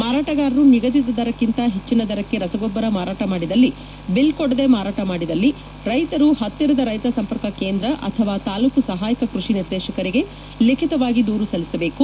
ಮಾರಾಟಗಾರರು ನಿಗದಿತ ದರಕ್ಕಿಂತ ಹೆಚ್ಚಿನ ದರಕ್ಕೆ ರಸಗೊಬ್ಬರ ಮಾರಾಟ ಮಾಡಿದಲ್ಲಿ ಬಿಲ್ ಕೊಡದೇ ಮಾರಾಟ ಮಾಡಿದಲ್ಲಿ ರೈತರು ಪತ್ತಿರದ ರೈತ ಸಂಪರ್ಕ ಕೇಂದ್ರ ಅಥವಾ ತಾಲೂಕು ಸಹಾಯಕ ಕೃಷಿ ನಿರ್ದೇಶಕರಿಗೆ ಲಿಖಿತವಾಗಿ ದೂರು ಸಲ್ಲಿಸಬೇಕು